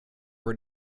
were